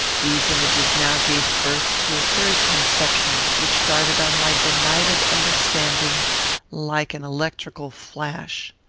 these images now gave birth to a third conception, which darted on my benighted understanding like an electrical flash.